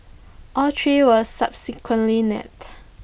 all three were subsequently nabbed